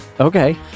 Okay